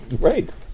Right